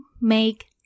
make